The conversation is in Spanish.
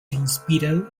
inspiran